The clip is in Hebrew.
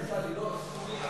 עשה לי, לא עשו לי.